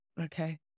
Okay